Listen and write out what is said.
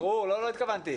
ברור, לא התכוונתי.